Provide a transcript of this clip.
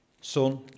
Son